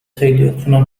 خیلیاتونم